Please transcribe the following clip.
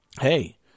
hey